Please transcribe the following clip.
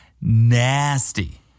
nasty